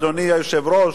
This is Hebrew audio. אדוני היושב-ראש,